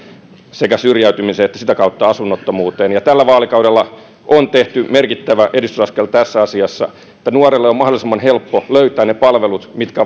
sekä syrjäytymiseen että sitä kautta asunnottomuuteen tällä vaalikaudella on tehty merkittävä edistysaskel tässä asiassa että nuoren on mahdollisimman helppo löytää ne palvelut mitkä